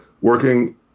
working